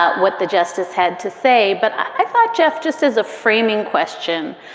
ah what the justice had to say. but i thought, jeff, just as a framing question,